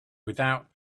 without